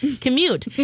commute